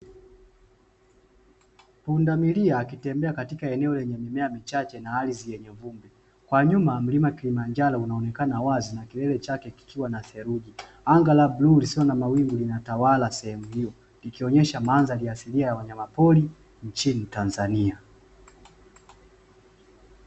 Pundamilia akitembea katika eneo lenye nyasi chache na ardhi ikiwa na vumbi, na nyuma mlima kilimanjaro unaonekana wazi na kilele chake kikiwa na seruji, anga la bluu lisilo na mawingu linatawala sehemu hiyo likionyesha mandhari asilia ya wanyama pori nchi tanzania.